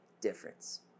difference